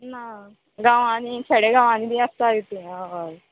ना गांवांनी खेडे गांवांनी बी आसता हय